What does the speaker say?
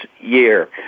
year